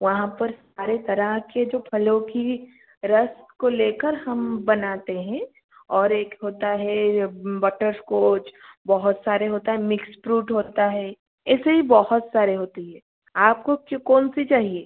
वहाँ पर सारे तरह के जो फलों के रस को ले कर हम बनाते हैं और एक होता है बट्टरइस्कोच बहुत सारे होते हैं मिक्स फ्रूट होता है एसे ही बहुत सारे होते हैं आपको कौन सा चाहिए